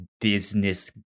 business